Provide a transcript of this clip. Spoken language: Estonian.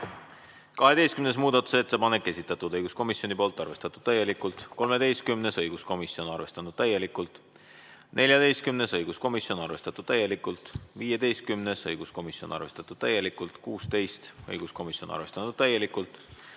muudatusettepanek, esitanud õiguskomisjon, arvestatud täielikult. 13., õiguskomisjon, arvestatud täielikult. 14., õiguskomisjon, arvestatud täielikult. 15., õiguskomisjon, arvestatud täielikult. 16., õiguskomisjon, arvestanud täielikult.